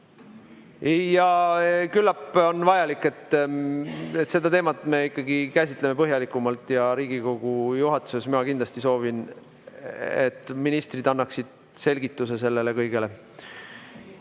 Ja küllap on vajalik, et seda teemat me käsitleme põhjalikumalt ja Riigikogu juhatuses ma kindlasti soovin, et ministrid annaksid selgituse sellele kõigele.